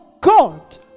God